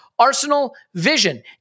arsenalvision